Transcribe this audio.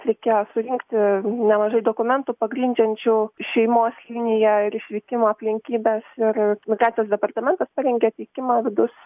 reikėjo surinkti nemažai dokumentų pagrindžiančių šeimos liniją ir išvykimo aplinkybes ir migracijos departamentas parengė teikimą vidaus